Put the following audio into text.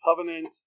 covenant